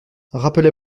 rappelez